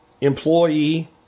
employee